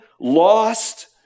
lost